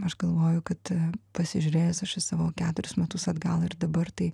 aš galvoju kad pasižiūrėjus aš į savo keturis metus atgal ir dabar tai